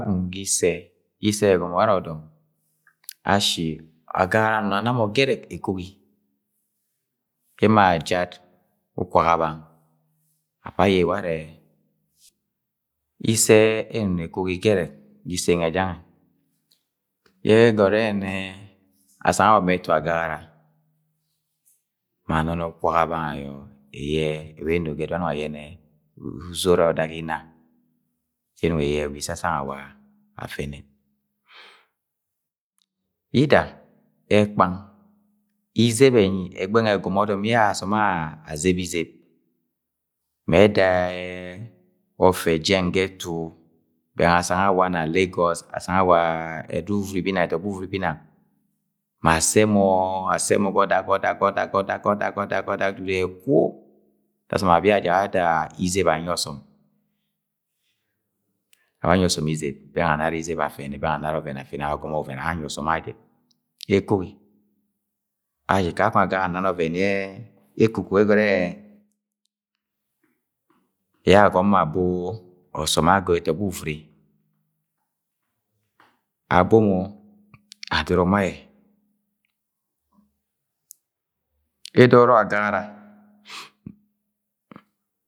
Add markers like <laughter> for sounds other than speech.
<unintelligible> issẹ ẹgọmọ ware ọdọm asho agagara anọng ni anamo gẹrẹk ekogi emo ajat ukwa abang afa aye ware, issẹ ẹnọng ni ekogi gerek ga ise nwe jange yẹ ẹgọnö ẹrẹ asang yẹ awa ma etu agagara ma anọnọ ukwa abang ayọ eye yẹ ewe eno ga ẹdudu ye anọng ayẹnẹ uzod ọdak inna yẹ ẹnọng eye yẹawa ise asang awa afẹnẹ. Yida ẹkpang izeb ẹnyinyi, egbẹn nwẹ ẹgọmọ ọdọm yẹ asọm azẹbe izeb mẹ ẹda <hesitation> ofe jeng ga ẹtu bẹng asang ạwa ẹdudu uvɨvɨri binang, ẹtọgbọ uvɨvɨri binang ma asse mọ assẹ mọ gạ ọdak, godak, gọdak, gọdak, gọdak, gọdak dudu ẹkwu dasam abi ajẹ awa ada izeb anyi ọsọm, awa anyi ọsọm izeb bẹng amara izeb afẹnẹ, bẹng anara ọvẹn afẹnẹ or agọmọ ọbẹn <hesitation> a anyi ọsọm ajẹ ekogi, ashi kakong agagara ana-ni ovẹn ekokogi yẹ egorẹ yẹ agọm mọ abo ọsọm aga ẹtọgbọ uvɨvɨri, abomo adoro ọroo ma ayẹ edoro ọrọk agagara.